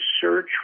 search